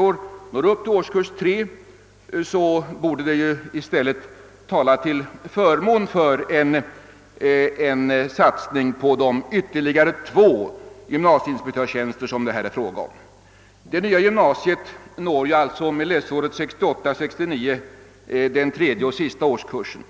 år når upp till årskurs 3, borde detta i stället tala till förmån för en satsning på de ytterligare två gym” nasieinspektörstjänster som det är fråga om. Det nya gymnasiet når alltså med läsåret 1968—1969 den tredje och sista årskursen.